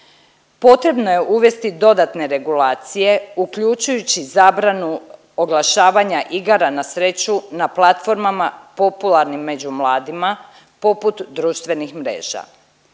Potrebno je uvesti dodatne regulacije uključujući zabranu oglašavanja igara na sreću na platformama popularnim među mladima poput društvenih mreža.